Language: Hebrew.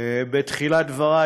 בתחילת דברי,